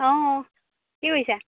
অঁ কি কৰিছা